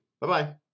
Bye-bye